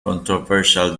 controversial